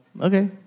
okay